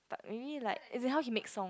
but really like as in how he make song